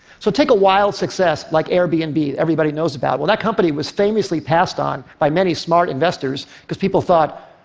so take a wild success like airbnb and that everybody knows about. well, that company was famously passed on by many smart investors because people thought,